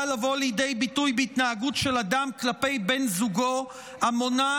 לבוא לידי ביטוי בהתנהגות של אדם כלפי בן זוגו המונעת